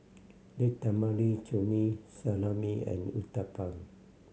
Date Tamarind Chutney Salami and Uthapam